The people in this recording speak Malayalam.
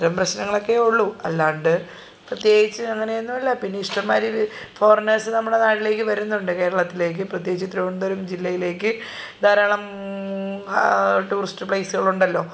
അത്തരം പ്രശ്നങ്ങളൊക്കെ ഉള്ളു അല്ലാണ്ട് പ്രത്യേകിച്ച് അങ്ങനെയൊന്നുമില്ല പിന്നെ ഇഷ്ടമ്മാതിരി ഫോറീനേഴ്സ് നമ്മുടെ നാട്ടിലേക്കു വരുന്നുണ്ട് കേരളത്തിലേക്ക് പ്രത്യേകിച്ച് തിരുവനന്തപുരം ജില്ലയിലേക്ക് ധാരാളം ടൂറിസ്റ്റ് പ്ലേയ്സുകളുണ്ടല്ലൊ